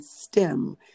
STEM